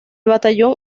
batallón